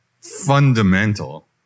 fundamental